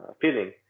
feeling